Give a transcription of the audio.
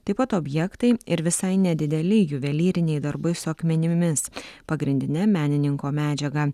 taip pat objektai ir visai nedideli juvelyriniai darbai su akmenimis pagrindine menininko medžiaga